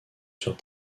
sur